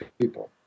people